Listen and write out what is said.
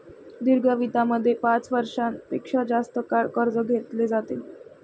दीर्घ वित्तामध्ये पाच वर्षां पेक्षा जास्त काळ कर्ज घेतले जाते